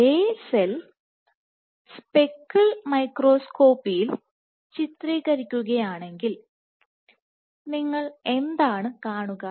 അതേ cell speckle മൈക്രോസ്കോപ്പിയിൽ ചിത്രീകരിക്കുകയാണെങ്കിൽ നിങ്ങൾ എന്താണ് കാണുക